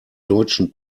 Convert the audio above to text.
deutschen